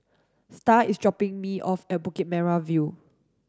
Starr is dropping me off at Bukit Merah View